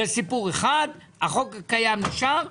סיפור אחד; החוק הקיים נשאר לגביהם.